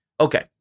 Okay